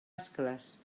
ascles